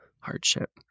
hardship